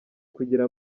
kugira